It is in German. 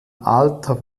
alter